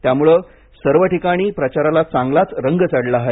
त्यामुळे या सर्व ठिकाणी प्रचाराला चांगलाच रंग चढला आहे